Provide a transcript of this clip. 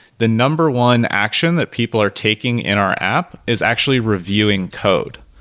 the number one action that people are taking in our app is actually reviewing code.